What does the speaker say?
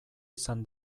izan